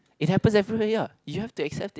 it happens everywhere ya you have to accept it